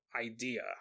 idea